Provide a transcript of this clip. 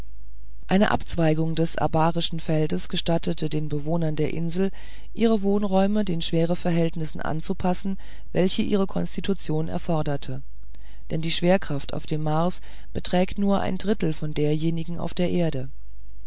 eine abzweigung des abarischen feldes gestattete den bewohnern der insel ihre wohnräume den schwereverhältnissen anzupassen welche ihre konstitution erforderte denn die schwerkraft auf dem mars beträgt nur ein drittel von derjenigen auf der erde